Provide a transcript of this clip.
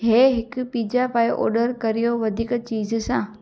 हीउ हिकु पीजा पाए ऑडर करियो वधीक चीज़ सां